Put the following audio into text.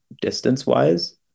distance-wise